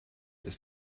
ist